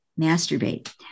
masturbate